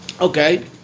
Okay